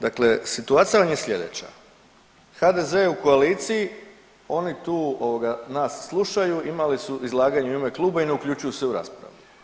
Dakle, situacija vam je slijedeća, HDZ je u koaliciji, oni tu ovoga nas slušaju, imali su izlaganje u ime kluba i ne uključuju se u raspravu.